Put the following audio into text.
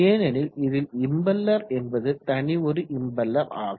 ஏனெனில் இதில் இம்பெல்லர் என்பது தனியொரு இம்பெல்லர் ஆகும்